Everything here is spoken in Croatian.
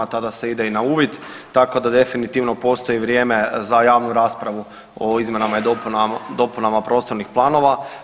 Tada se ide i na uvid, tako da definitivno postoji vrijeme za javnu raspravu o izmjenama i dopunama prostornih planova.